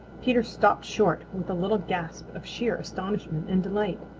peter stopped short with a little gasp of sheer astonishment and delight.